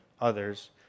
others